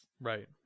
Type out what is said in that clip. right